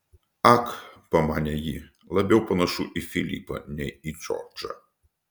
ak pamanė ji labiau panašu į filipą nei į džordžą